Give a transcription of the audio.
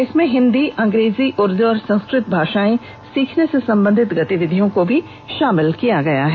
इसमें हिन्दी अंग्रेजी उर्दू और संस्कृत भाषाएं सीखने से संबंधित गतिविधियों को भी शामिल किया गया है